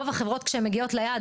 רוב החברות כשהן מגיעות ליעד,